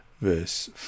Verse